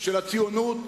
של הציונות,